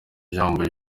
ijambo